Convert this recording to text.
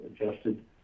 adjusted